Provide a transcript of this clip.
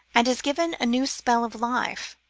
and is given a new spell of life,